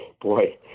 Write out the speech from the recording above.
Boy